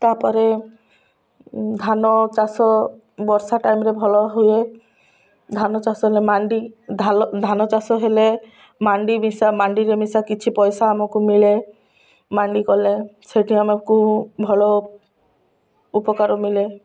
ତା'ପରେ ଧାନ ଚାଷ ବର୍ଷା ଟାଇମ୍ରେ ଭଲ ହୁଏ ଧାନ ଚାଷ ହେଲେ ମାଣ୍ଡି ଧାଲ ଧାନ ଚାଷ ହେଲେ ମାଣ୍ଡି ମିଶା ମାଣ୍ଡିରେ ମିଶା କିଛି ପଇସା ଆମକୁ ମିଳେ ମାଣ୍ଡି କଲେ ସେଠି ଆମକୁ ଭଲ ଉପକାର ମିଳେ